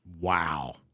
Wow